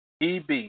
EB